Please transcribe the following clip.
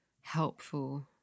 helpful